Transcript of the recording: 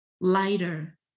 lighter